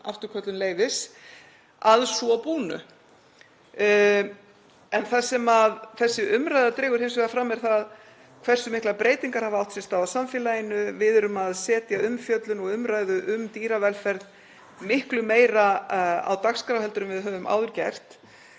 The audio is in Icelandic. afturköllun leyfis að svo búnu. En það sem þessi umræða dregur hins vegar fram er hversu miklar breytingar hafa átt sér stað á samfélaginu. Við erum að setja umfjöllun og umræðu um dýravelferð miklu meira á dagskrá en við höfum áður gert.